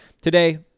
Today